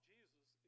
Jesus